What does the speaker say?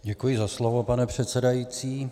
Děkuji za slovo, pane předsedající.